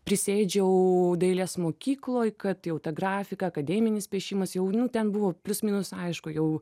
prisiėdžiau dailės mokykloj kad jau ta grafika akademinis piešimas jau nu ten buvo plius minus aišku jau